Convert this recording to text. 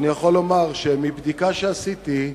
מבדיקה שעשיתי,